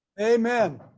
Amen